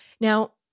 Now